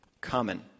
common